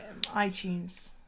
iTunes